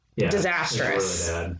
disastrous